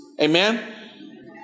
Amen